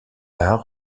art